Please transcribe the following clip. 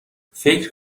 فکر